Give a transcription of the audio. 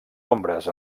ombres